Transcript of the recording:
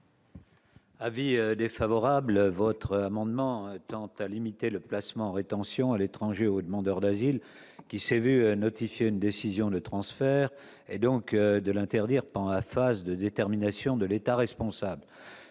défavorable. Cet amendement tend à limiter le placement en rétention à l'étranger ou au demandeur d'asile qui s'est vu notifier une décision de transfert et de l'interdire pendant la phase de détermination de l'État responsable.